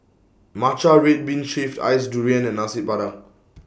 Matcha Red Bean Shaved Ice Durian and Nasi Padang